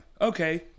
okay